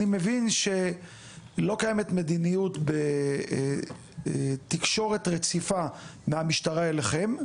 אני מבין שלא קיימת מדיניות בתקשורת רציפה מהמשטרה אליכם,